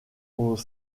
aux